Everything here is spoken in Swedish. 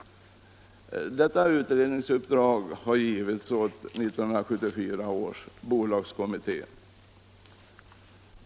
Detta utredningsuppdrag har givits åt 1974 års bolagskommitté.